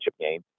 game